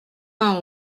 vingt